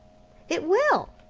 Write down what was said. it will.